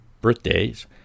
Birthdays